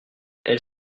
elle